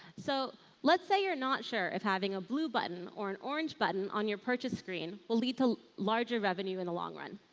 so let's say you're not sure if having a blue button or an orange button on your purchase screen will lead to larger revenue in the long run.